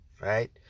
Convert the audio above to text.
right